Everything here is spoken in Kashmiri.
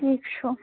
ٹھیٖک چھُ